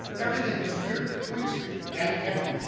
everything was here, queen street, downtown.